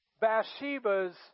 Bathsheba's